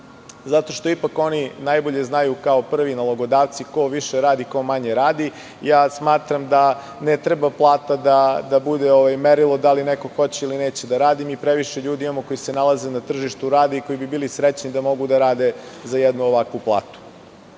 Jer, ipak oni najbolje znaju, kao prvi nalogodavci, ko više radi, ko manje radi, itd. Ja smatram da ne treba plata da bude merilo da li neko hoće ili neće da radi. Imamo mi previše ljudi koji se nalaze na tržištu rada i koji bi bili srećni da mogu da rade za jednu ovakvu platu. Druga